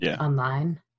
online